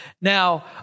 Now